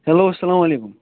hello اسَلام وعلیکُم